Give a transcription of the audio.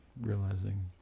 realizing